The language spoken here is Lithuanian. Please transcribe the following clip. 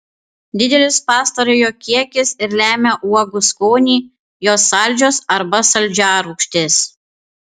didelis pastarojo kiekis ir lemia uogų skonį jos saldžios arba saldžiarūgštės